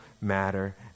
matter